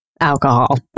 Alcohol